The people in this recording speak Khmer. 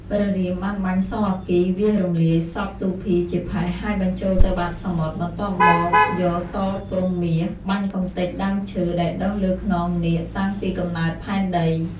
ព្រះរាមបានបាញ់សរអគ្គីវាសរំលាយសពទូភីជាផេះ ហើយបញ្ចូលទៅបាតសមុទ្រ បន្ទាប់មកយកសរព្រហ្មមាស បាញ់កំទេចដើមឈើ ដែលដុះលើខ្នងនាគតាំងពីកំណើតផែនដី។